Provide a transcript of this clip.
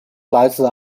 来自